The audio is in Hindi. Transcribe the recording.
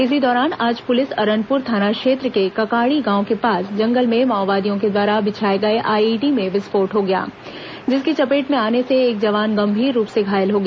इसी दौरान आज सुबह अरनपुर थाना क्षेत्र के ककाड़ी गांव के पास जंगल में माओवादियों द्वारा बिछाए गए आईईडी में विस्फोट हो गया जिसकी चपेट में आने से एक जवान गंभीर रूप से घायल हो गया